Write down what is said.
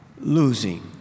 losing